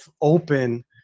open